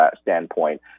standpoint